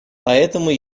поэтому